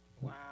Wow